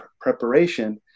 preparation